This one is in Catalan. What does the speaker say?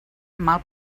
mal